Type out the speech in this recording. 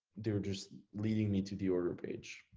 they're just leading me to the order page.